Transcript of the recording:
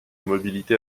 mobilité